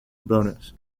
bonus